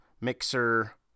Mixer